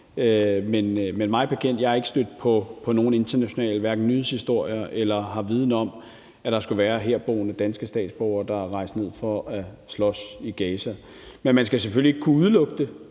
Men mig bekendt er jeg hverken stødt på nogen internationale nyhedshistorier eller har viden om, at der skulle være herboende danske statsborgere, der er rejst ned for at slås i Gaza, men man kan selvfølgelig ikke udelukke det.